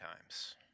times